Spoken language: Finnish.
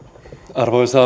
arvoisa